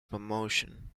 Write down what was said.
promotion